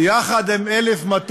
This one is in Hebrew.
יחד עם 1,200